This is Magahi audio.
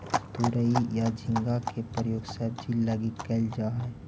तुरई या झींगा के प्रयोग सब्जी लगी कैल जा हइ